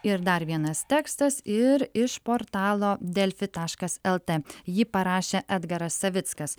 ir dar vienas tekstas ir iš portalo delfi taškas lt jį parašė edgaras savickas